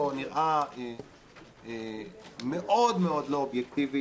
מאחר שהעניין פה נראה מאוד מאוד לא אובייקטיבי